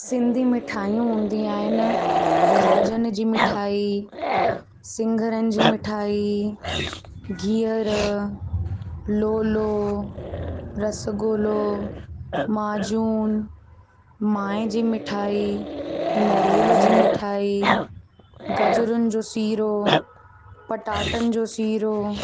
सिंधी मिठायूं हूंदी आहिनि खाज़नि जी मिठाई सिंङरनि जी मिठाई गीहर लोलो रसगोलो माजून माएं जी मिठाई नारेल जी मिठाई गजरुनि जो सीरो पटाटनि जो सीरो